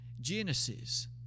Genesis